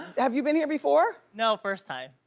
have you been here before? no, first time.